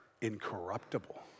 incorruptible